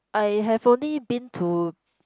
I have only been to